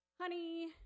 honey